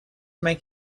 make